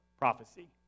prophecy